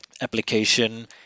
application